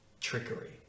trickery